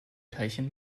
teilchen